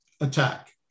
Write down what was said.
attack